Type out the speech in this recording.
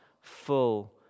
full